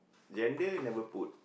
gender never put